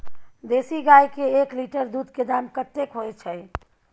देसी गाय के एक लीटर दूध के दाम कतेक होय छै?